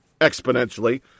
exponentially